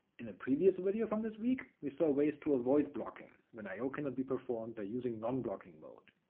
in a previous video from this week, we saw ways to avoid blocking when i o cannot be performed by using non-blocking mode.